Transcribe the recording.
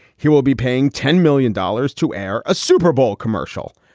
he will be paying ten million dollars to air a super bowl commercial.